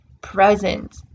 present